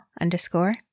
underscore